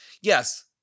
yes